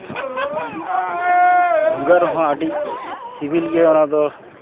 ᱫᱷᱩᱝᱜᱟᱹᱜ ᱨᱮᱦᱚᱸ ᱟᱹᱰᱤ ᱥᱤᱵᱤᱞ ᱜᱮᱭᱟ ᱚᱱᱟᱫᱚ